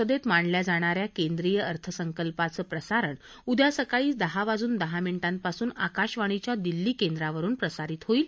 उद्या संसदेत मांडल्या जाणाऱ्या केंद्रीय अर्थसंकल्पाचं प्रसारण उद्या सकाळी दहा वाजून दहा मिनिटांपासून आकाशवाणीच्या दिल्ली केंद्रावरुन प्रसारित होईल